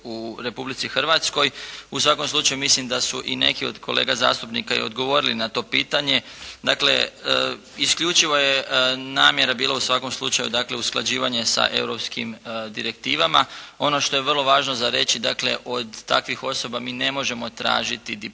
u Republici Hrvatskoj, u svakom slučaju mislim da su i neki od kolega zastupnika i odgovorili na to pitanje. Dakle isključivo je namjera bila u svakom slučaju dakle usklađivanje sa europskim direktivama. Ono što je vrlo važno za reći, dakle od takvih osoba mi ne možemo tražiti diplomu